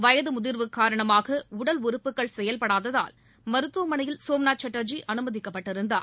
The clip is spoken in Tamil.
வயது முதிர்வு காரணமாக உடல் உறுப்புகள் செயல்படாததால் மருத்துவமனையில் சோம்நாத் சாட்டர்ஜி அமுமதிக்கப்பட்டிருந்தார்